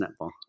netball